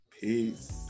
peace